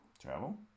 Travel